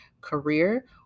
career